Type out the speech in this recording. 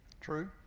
True